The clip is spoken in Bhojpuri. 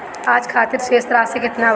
आज खातिर शेष राशि केतना बा?